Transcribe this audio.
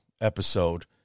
episode